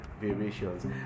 variations